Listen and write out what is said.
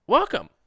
Welcome